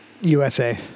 USA